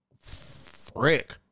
Frick